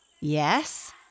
Yes